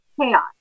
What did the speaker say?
chaos